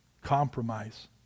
compromise